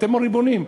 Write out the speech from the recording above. אתם הריבונים.